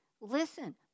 Listen